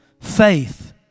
faith